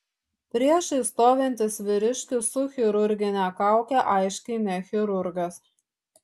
priešais stovintis vyriškis su chirurgine kauke aiškiai ne chirurgas